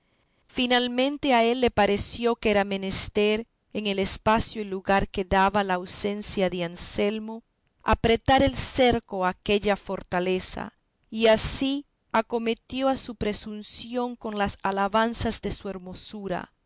finalmente a él le pareció que era menester en el espacio y lugar que daba la ausencia de anselmo apretar el cerco a aquella fortaleza y así acometió a su presunción con las alabanzas de su hermosura